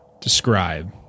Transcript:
describe